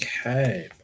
Okay